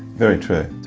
very true,